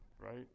right